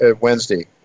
Wednesday